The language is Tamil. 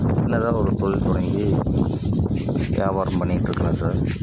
சின்னதாக ஒரு தொழில் தொடங்கி வியாபாரம் பண்ணிகிட்ருக்குறேன் சார்